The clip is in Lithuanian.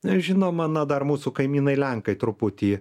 žinoma na dar mūsų kaimynai lenkai truputį